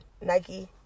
Nike